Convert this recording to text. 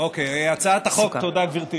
תודה, גברתי.